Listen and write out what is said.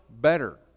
better